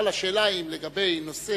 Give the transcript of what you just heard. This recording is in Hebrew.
אבל השאלה היא לגבי נושא